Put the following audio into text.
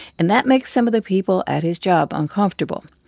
and that makes some of the people at his job uncomfortable.